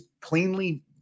cleanly